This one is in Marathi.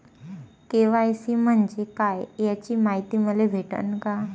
के.वाय.सी म्हंजे काय याची मायती मले भेटन का?